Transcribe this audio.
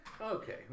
Okay